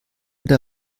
der